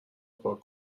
پاک